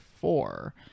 four